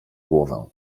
głowę